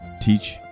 teach